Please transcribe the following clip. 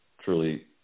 truly